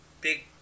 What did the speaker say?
big